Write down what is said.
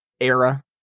era